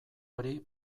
hori